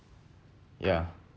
ya